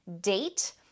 date